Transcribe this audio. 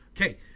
okay